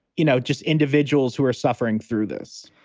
you know, just individuals who are suffering through this